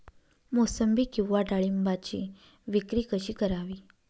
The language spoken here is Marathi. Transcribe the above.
मोसंबी किंवा डाळिंबाची विक्री कशी करावी?